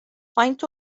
faint